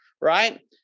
right